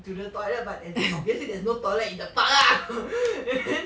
to the toilet but there's obviously there is no toilet in the park lah and then